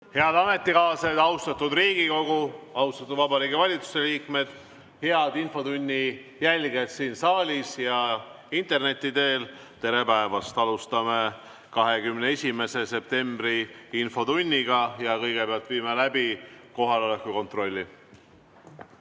Head ametikaaslased, austatud Riigikogu! Austatud Vabariigi Valitsuse liikmed! Head infotunni jälgijad siin saalis ja interneti teel! Tere päevast! Alustame 21. septembri infotundi. Kõigepealt viime läbi kohaloleku kontrolli.